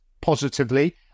positively